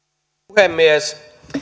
puhemies